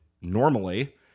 normally